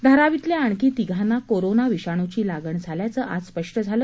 धारावीतल्या आणखी तिघांना कोरोना विषाणूची लागण झाल्याचं आज स्पष्ट झालं